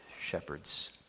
shepherds